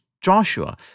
Joshua